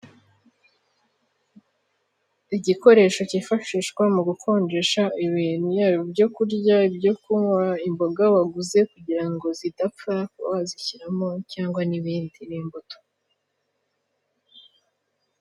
Igikoresho cyifashishwa mu gukonjesha ibintu, yaba ibyo kurya, ibyo kunywa, imboga waguze kugirango zidapfa ukaba wazishyiramo cyangwa ibindi n'imbuto.